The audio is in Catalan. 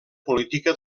política